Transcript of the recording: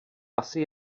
asi